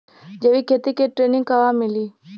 जैविक खेती के ट्रेनिग कहवा मिली?